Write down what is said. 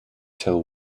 till